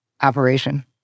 operation